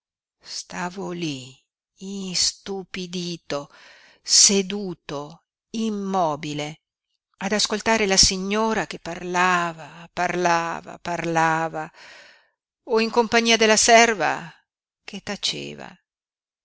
loro stavo lí istupidito seduto immobile ad ascoltare la signora che parlava parlava parlava o in compagnia della serva che taceva